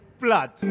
Blood